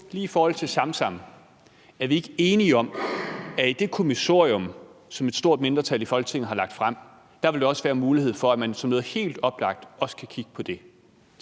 2 er i forhold til Samsam: Er vi ikke enige om, at i det kommissorium, som et stort mindretal i Folketinget har lagt frem, vil der også være mulighed for, at man som noget helt oplagt også kan kigge på det?